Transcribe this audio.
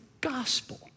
gospel